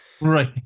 Right